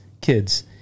kids